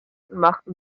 machten